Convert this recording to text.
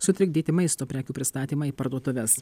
sutrikdyti maisto prekių pristatymą į parduotuves